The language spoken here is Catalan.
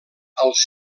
als